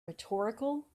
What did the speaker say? rhetorical